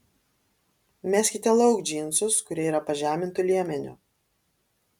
meskite lauk džinsus kurie yra pažemintu liemeniu